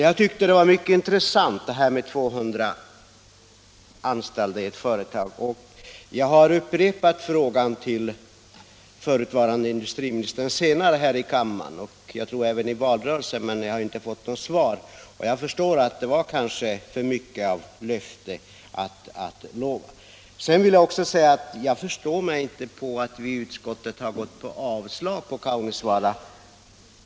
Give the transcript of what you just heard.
Jag tyckte det var mycket intressant, och jag har upprepat frågan till förutvarande industriministern senare här i kammaren och, tror jag, även i valrörelsen, men jag har inte fått något svar. Jag förstår att det var ett förhastat löfte. Sedan vill jag också säga att jag inte förstår att utskottet stannat för avslag när det gäller Kaunisvaara.